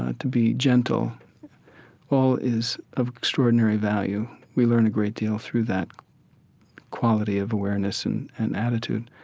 ah to be gentle all is of extraordinary value. we learn a great deal through that quality of awareness and and attitude.